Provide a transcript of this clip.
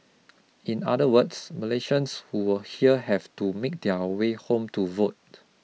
in other words Malaysians who are here have to make their way home to vote